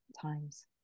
times